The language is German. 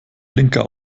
blinker